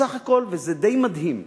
בסך הכול, וזה די מדהים,